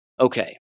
Okay